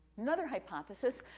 another hypothesis,